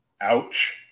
Ouch